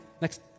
next